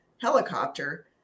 helicopter